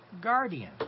guardian